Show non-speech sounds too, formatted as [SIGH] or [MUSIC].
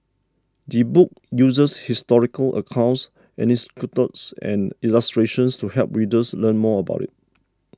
the book uses historical accounts [UNINTELLIGIBLE] and illustrations to help readers learn more about it